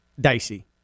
dicey